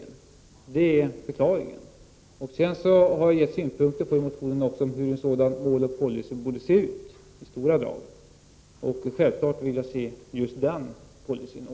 Detta är förklaringen. Jag har dessutom i motionen givit synpunkter på hur mål och policy i stora drag borde se ut. Självfallet är det just denna policy jag vill se förverkligad.